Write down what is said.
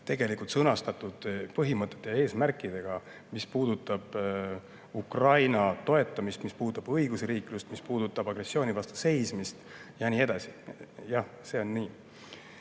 tegelikult sõnastatud põhimõtete ja eesmärkidega, mis puudutavad Ukraina toetamist, mis puudutavad õigusriiklust, mis puudutavad agressiooni vastu seismist ja nii edasi. Jah, see on nii.